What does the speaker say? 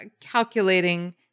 calculating